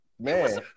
man